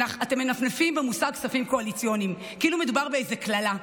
אתם מנפנפים במושג כספים קואליציוניים כאילו מדובר באיזו קללה.